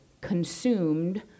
consumed